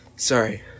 Sorry